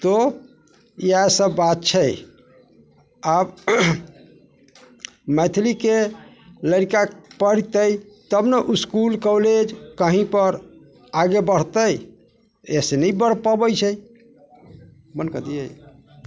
तो इएह सभ बात छै आब मैथिलीके लड़िका पढ़तै तब ने इसकुल कॉलेज कहींपर आगे बढ़तै अइसँ नहि बढ़ि पबै छै बन्द कऽ दियै